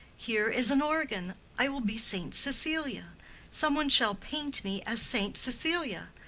here is an organ. i will be saint cecilia some one shall paint me as saint cecilia.